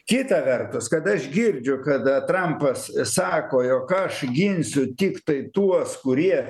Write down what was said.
kita vertus kada aš girdžiu kada trampas sako jog aš ginsiu tiktai tuos kurie